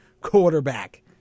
quarterback